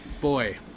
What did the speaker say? boy